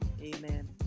amen